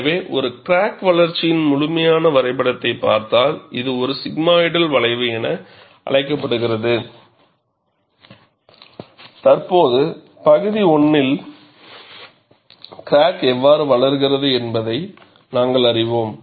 எனவே ஒரு கிராக் வளர்ச்சியின் முழுமையான வரைபடத்தைப் பார்த்தால் இது ஒருசிக்மாய்டல் வளைவு என அழைக்கப்படுகிறது தற்போது பகுதி 1 ல் கிராக் எவ்வாறு வளர்கிறது என்பதை நாங்கள் அறிவோம்